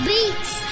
Beats